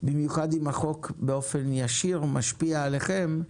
במיוחד אם החוק באופן ישיר משפיע עליכם,